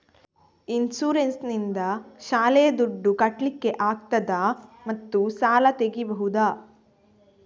Insurance ನಿಂದ ಶಾಲೆಯ ದುಡ್ದು ಕಟ್ಲಿಕ್ಕೆ ಆಗ್ತದಾ ಮತ್ತು ಸಾಲ ತೆಗಿಬಹುದಾ?